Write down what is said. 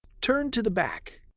turn to the back.